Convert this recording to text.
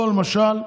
או למשל,